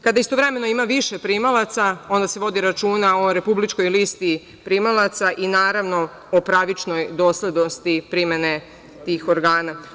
Kada istovremeno ima više primalaca, onda se vodi računa o republičkoj listi primalaca i naravno o pravičnoj doslednosti primene tih organa.